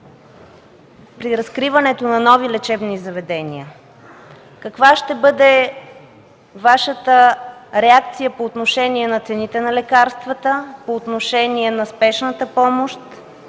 при разкриването на нови лечебни заведения? Каква ще бъде Вашата реакция по отношение на цените на лекарствата, по отношение на Спешната помощ,